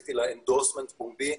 עשיתי לה endorsement פומבי,